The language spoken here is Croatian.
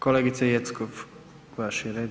Kolegice Jeckov vaš je red.